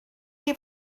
chi